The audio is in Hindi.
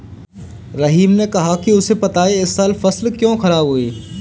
रहीम ने कहा कि उसे पता है इस साल फसल क्यों खराब हुई